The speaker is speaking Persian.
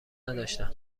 نداشتم